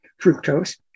fructose